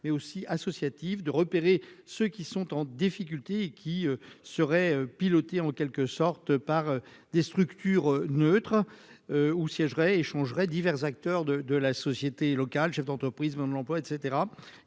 mais aussi associative de repérer ceux qui sont en difficulté qui seraient piloté en quelque sorte par des structures neutre où siégeraient divers acteurs de de la société locale, chef d'entreprise me l'emploi, et